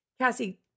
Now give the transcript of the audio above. Cassie